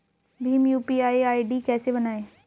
Bhim UPI ID कैसे बनाएं?